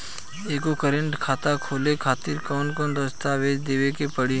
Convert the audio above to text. एगो करेंट खाता खोले खातिर कौन कौन दस्तावेज़ देवे के पड़ी?